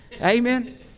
Amen